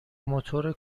موتور